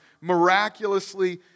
miraculously